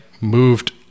moved